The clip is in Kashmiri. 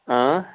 آ